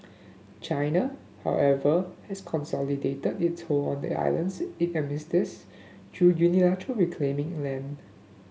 China however has consolidated its hold on the islands it administers through unilaterally reclaiming land